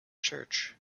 church